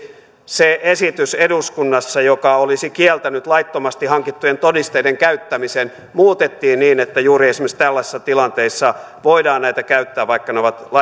se esitys eduskunnassa joka olisi kieltänyt laittomasti hankittujen todisteiden käyttämisen muutettiin niin että juuri esimerkiksi tällaisissa tilanteissa voidaan näitä käyttää vaikka ne